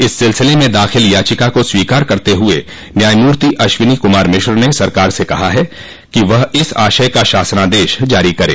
इस सिलसिले में दाख़िल याचिका को स्वीकार करते हुए न्यायमूर्ति अश्वनी कुमार मिश्र ने सरकार से कहा है कि वह इस आशय का शासनादेश जारी करे